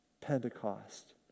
Pentecost